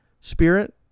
spirit